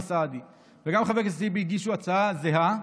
סעדי וגם חבר הכנסת טיבי הגישו הצעה זהה.